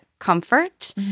comfort